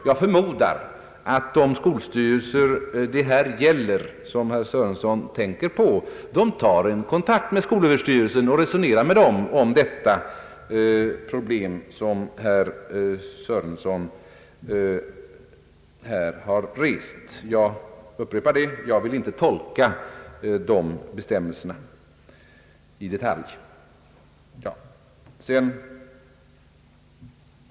Jag förmodar att de skolstyrelser som herr Sörenson avser tar kontakt med skolöverstyrelsen och resonerar med den om det problem som herr Sörenson här har rest. Jag upprepar att jag inte vill tolka dessa bestämmelser i detalj.